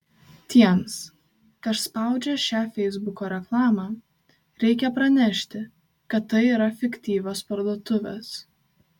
tiems kas spaudžia šią feisbuko reklamą reikia pranešti kad tai yra fiktyvios parduotuvės